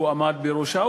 שהוא עמד בראשה,